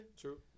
true